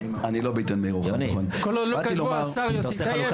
כל עוד לא כתבו: השר יוסי טייב,